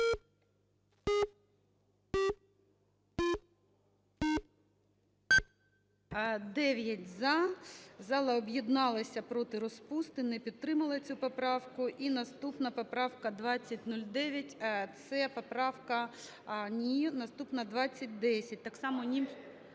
За-9 Зала об'єдналася проти розпусти, не підтримала цю поправку. І наступна поправка 2009, це поправка… Ні, наступна 2010. Так само…